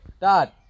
dad